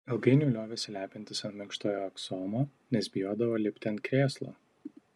ilgainiui liovėsi lepintis ant minkštojo aksomo nes bijodavo lipti ant krėslo